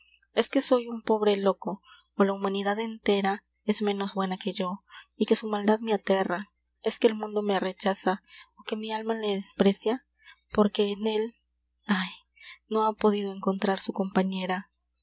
es que soy un pobre loco ó la humanidad entera es ménos buena que yo y que su maldad me aterra es que el mundo me rechaza ó que mi alma le desprecia porque en él ay no ha podido encontrar su compañera